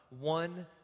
one